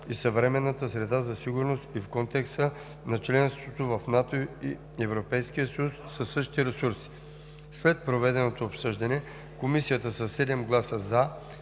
в съвременната среда за сигурност и в контекста на членството в НАТО и ЕС със същите ресурси. След проведеното обсъждане, Комисията със 7 гласа